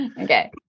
Okay